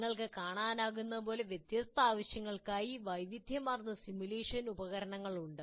നിങ്ങൾക്ക് കാണാനാകുന്നതുപോലെ വ്യത്യസ്ത ആവശ്യങ്ങൾക്കായി വൈവിധ്യമാർന്ന സിമുലേഷൻ ഉപകരണങ്ങൾ ഉണ്ട്